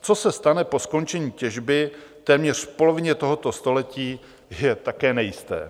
Co se stane po skončení těžby v téměř polovině tohoto století, je také nejisté.